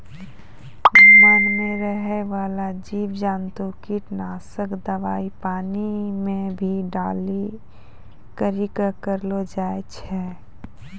मान मे रहै बाला जिव जन्तु किट नाशक दवाई पानी मे भी डाली करी के करलो जाय छै